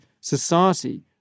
society